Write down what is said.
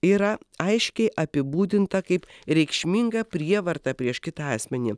yra aiškiai apibūdinta kaip reikšminga prievarta prieš kitą asmenį